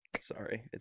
Sorry